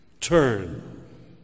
turn